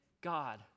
God